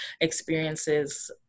experiences